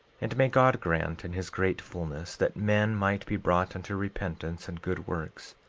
and may god grant, in his great fulness, that men might be brought unto repentance and good works,